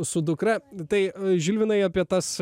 su dukra tai žilvinai apie tas